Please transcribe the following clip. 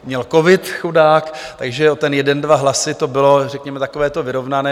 Měl covid, chudák, takže o ten jeden, dva hlasy to bylo, řekněme takové vyrovnané.